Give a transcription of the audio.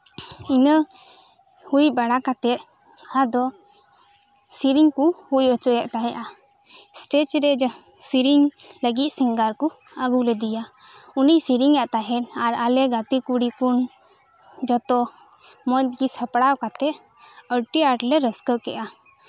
ᱤᱱᱟᱹ ᱦᱩᱭ ᱵᱟᱲᱟ ᱠᱟᱛᱮᱫ ᱟᱫᱚ ᱥᱮᱨᱮᱧ ᱠᱚ ᱦᱩᱭ ᱦᱚᱪᱚᱭᱮᱫ ᱛᱟᱸᱦᱮᱱᱟ ᱥᱴᱮᱡ ᱨᱮ ᱥᱮᱨᱮᱧ ᱞᱟᱹᱜᱤᱫ ᱥᱤᱝᱜᱟᱨ ᱠᱚ ᱟᱹᱜᱩ ᱞᱮᱫᱮᱭᱟ ᱩᱱᱤ ᱥᱮᱨᱮᱧᱮᱫ ᱛᱟᱸᱦᱮᱱ ᱟᱨ ᱟᱞᱮ ᱜᱟᱛᱮ ᱠᱩᱲᱤ ᱠᱚ ᱡᱚᱛᱚ ᱢᱚᱸᱡᱽ ᱜᱮ ᱥᱟᱯᱲᱟᱣ ᱠᱟᱛᱮᱫ ᱟᱹᱰᱤ ᱟᱸᱴ ᱞᱮ ᱨᱟᱹᱥᱠᱟᱹ ᱠᱮᱫᱟ